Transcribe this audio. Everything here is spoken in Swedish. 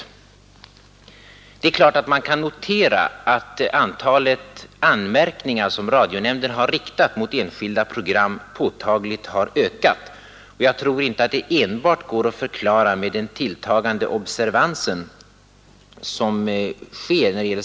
Det är klart att man kan notera att antalet anmärkningar som radionämnden har riktat mot enskilda program påtagligt har ökat. Jag tror inte att det enbart går att förklara med den tilltagande observansen.